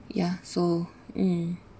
ya so mm